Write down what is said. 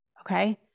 Okay